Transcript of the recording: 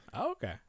Okay